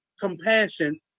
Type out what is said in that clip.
compassion